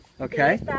Okay